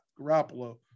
Garoppolo